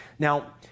Now